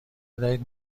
بدهید